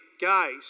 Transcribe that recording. guys